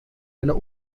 einer